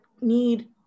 need